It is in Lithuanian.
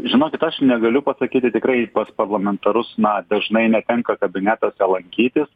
žinokit aš negaliu pasakyti tikrai pas parlamentarus na dažnai netenka kabinetuose lankytis